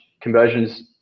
conversions